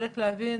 צריך להבין,